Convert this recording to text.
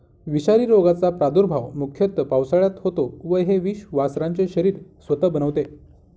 विषारी रोगाचा प्रादुर्भाव मुख्यतः पावसाळ्यात होतो व हे विष वासरांचे शरीर स्वतः बनवते